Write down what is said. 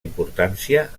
importància